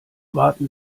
warten